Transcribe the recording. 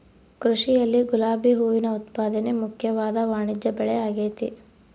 ಕೃಷಿಯಲ್ಲಿ ಗುಲಾಬಿ ಹೂವಿನ ಉತ್ಪಾದನೆ ಮುಖ್ಯವಾದ ವಾಣಿಜ್ಯಬೆಳೆಆಗೆತೆ